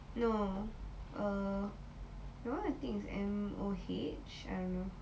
no erone that one I think is M_O_H I don't know